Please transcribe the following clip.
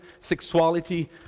sexuality